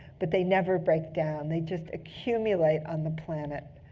but they never break down. they just accumulate on the planet.